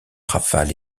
rafales